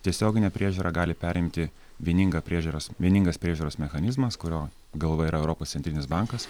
tiesioginę priežiūrą gali perimti vieningą priežiūros vieningas priežiūros mechanizmas kurio galva yra europos centrinis bankas